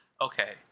okay